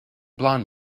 blond